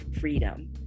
Freedom